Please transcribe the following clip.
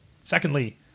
Secondly